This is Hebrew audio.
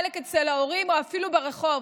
חלק אצל ההורים או אפילו ברחוב.